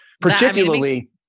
particularly